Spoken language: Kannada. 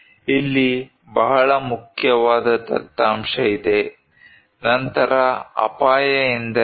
ಇಲ್ಲಿ ಬಹಳ ಮುಖ್ಯವಾದ ದತ್ತಾಂಶ ಇದೆ ನಂತರ ಅಪಾಯ ಎಂದರೇನು